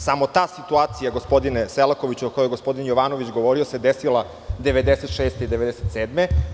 Samo ta situacija, gospodine Selakoviću, o kojoj je gospodin Jovanović govorio se desila 1996. i 1997. godine.